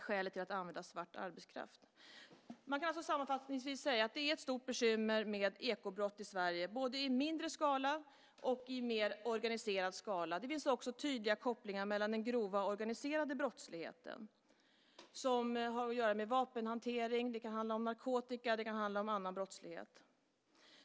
Sammanfattningsvis kan man säga att det är ett stort bekymmer med ekobrott i Sverige, både i mindre skala och i mer organiserad form. Det finns också tydliga kopplingar till den grova organiserade brottsligheten. Det kan handla om vapenhantering, narkotika och annan brottslighet.